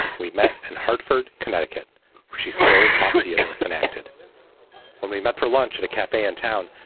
we met in hartford, connecticut she still taught theater and acted when we met for lunch at a cafe in town.